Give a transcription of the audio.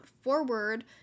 forward